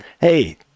Hey